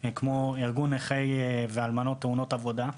כמו ארגון נכי ואלמנות תאונות עבודה,